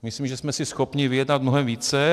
Myslím, že jsme si schopni vyjednat mnohem více.